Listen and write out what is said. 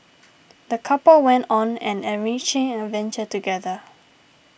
the couple went on an enriching adventure together